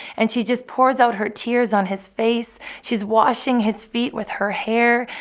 and she just pours out her tears on his face. she's washing his feet with her hair.